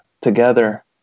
together